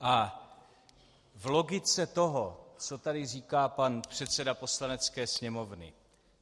A v logice toho, co tady říká pan předseda Poslanecké sněmovny: